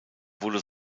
wurde